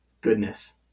goodness